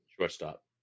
Shortstop